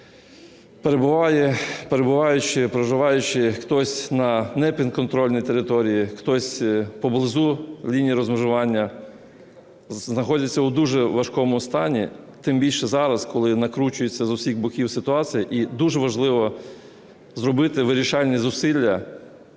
перебуваючи і проживаючи хтось на непідконтрольній території, хтось поблизу лінії розмежування, знаходяться у дуже важкому стані, тим більше зараз, коли накручується з усіх боків ситуація. І дуже важливо зробити вирішальні зусилля